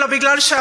אלא כי אתה,